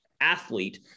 athlete